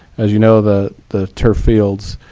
as you know, the the turf fields